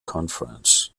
conference